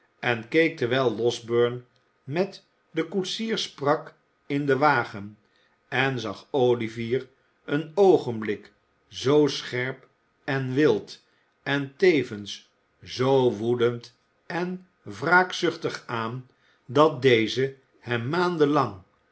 en keek terwijl losberne met den koetsier sprak in den wagen en zag olivier een oogenbiik zoo scherp en wild en tevens zoo woedend en wraakzuchtig aan dat deze hem